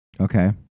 Okay